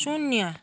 शून्य